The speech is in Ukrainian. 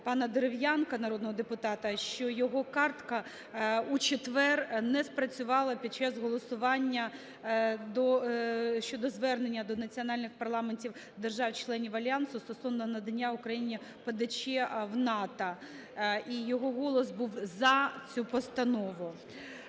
пана Дерев'янка, народного депутата, що його картка у четвер не спрацювала під час голосування щодо звернення до національних парламентів держав-членів Альянсу стосовно надання Україні ПДЧ в НАТО і його голос був за цю постанову.